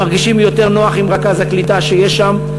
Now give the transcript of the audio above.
הם מרגישים יותר נוח עם רכז הקליטה שיש שם.